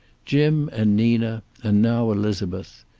jim and nina, and now elizabeth.